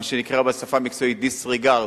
מה שנקרא בשפה המקצועית disregard,